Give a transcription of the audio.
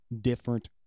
different